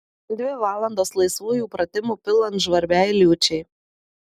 dvi valandos laisvųjų pratimų pilant žvarbiai liūčiai